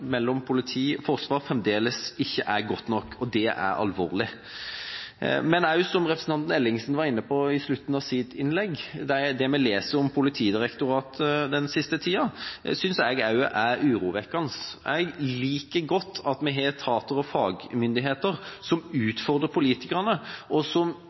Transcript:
mellom politi og forsvar fremdeles ikke er godt nok, og det er alvorlig. Men også, som representanten Ellingsen var inne på i slutten av sitt innlegg, det vi leser om Politidirektoratet den siste tida, synes jeg er urovekkende. Jeg liker godt at vi har etater og fagmyndigheter som utfordrer politikerne, og som